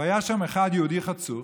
היה שם אחד יהודי חצוף